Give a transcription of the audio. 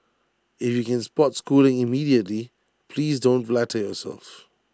if you can spot schooling immediately please don't flatter yourselves